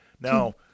Now